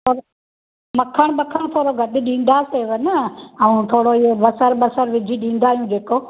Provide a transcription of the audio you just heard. सभु मखण ॿखण थोरो गॾु ॾींदासींव न ऐं थोरो इहो बसरु बसरु विझी ॾींदा आहियूं जेको